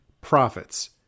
profits